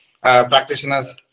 practitioners